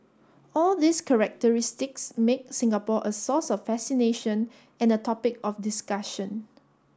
all these characteristics make Singapore a source of fascination and a topic of discussion